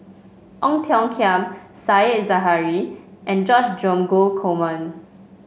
Ong Tiong Khiam Said Zahari and George Dromgold Coleman